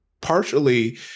partially